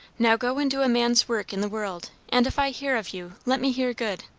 now go and do a man's work in the world, and if i hear of you, let me hear good.